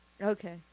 Okay